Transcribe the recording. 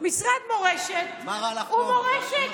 משרד מורשת הוא מורשת.